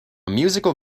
musical